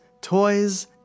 toys